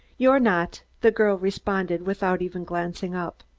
you're not, the girl responded, without even glancing up.